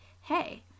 hey